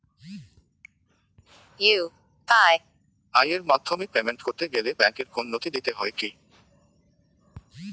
UPI এর মাধ্যমে payment করতে গেলে ব্যাংকের কোন নথি দিতে হয় কি?